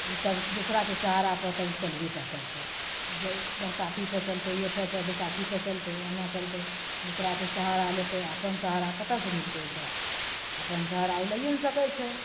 ऊ तब दोसरा के सहारा पर तब ऊ चलबेटा करतै बरसाती पर चलतै ए पर बैशाखी पर चलतै एना चलतै दोसरा के सहारा लेतै आ अपन सहारा कतऽ से मिलतै ओकरा अपन सहारा ऊ लैए नै सकै छै